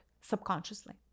subconsciously